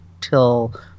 till